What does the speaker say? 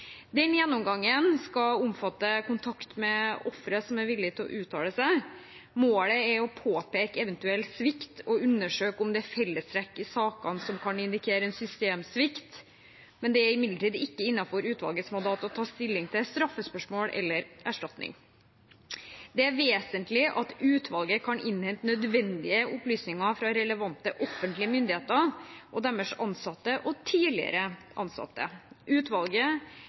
Den gjennomgangen skal omfatte kontakt med ofre som er villige til å uttale seg. Målet er å påpeke en eventuell svikt og undersøke om det er fellestrekk i sakene som kan indikere en systemsvikt. Det er imidlertid ikke innenfor utvalgets mandat å ta stilling til straffespørsmål eller erstatning. Det er vesentlig at utvalget kan innhente nødvendige opplysninger fra relevante offentlige myndigheter, deres ansatte og tidligere ansatte. Utvalget